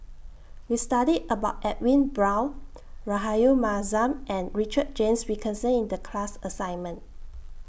We studied about Edwin Brown Rahayu Mahzam and Richard James Wilkinson in The class assignment